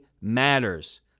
matters